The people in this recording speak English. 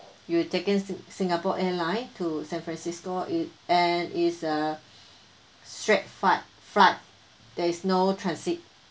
you'll taking sing~ singapore airline to san francisco it and it's a straight f~ ight flight there is no transit